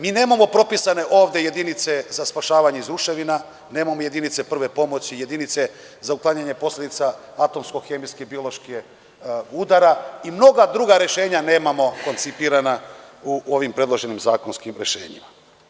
Mi nemamo propisane ovde jedinice za spašavanje iz ruševina, nemamo jedinice prve pomoći, jedinice za uklanjanje posledica atomskih, hemijskih, bioloških udara i mnoga druga rešenja nemamo koncipirana u ovim predloženim zakonskim rešenjima.